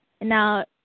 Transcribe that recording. Now